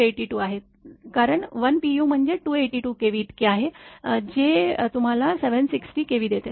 7×282 आहे कारण 1 pu म्हणजे 282 kV इतके आहे जे तुम्हाला 760 kV देते